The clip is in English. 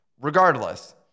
Regardless